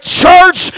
church